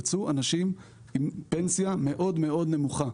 יצאו אנשים עם פנסיה מאוד מאוד נמוכה.